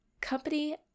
company